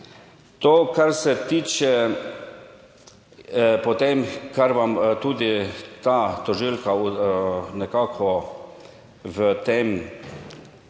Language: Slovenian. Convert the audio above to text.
To kar se tiče, po tem, kar vam tudi ta tožilka nekako v tem